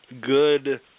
good